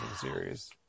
series